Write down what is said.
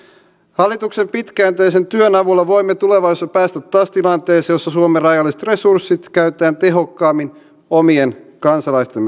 hallituksen pitkäjänteisen työn avulla voimme tulevaisuudessa päästä taas tilanteeseen jossa suomen rajalliset resurssit käytetään tehokkaammin omien kansalaistemme hyväksi